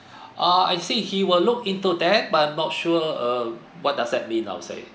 ah I see he will look into that but not sure uh what does that mean I'll say